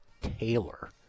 Taylor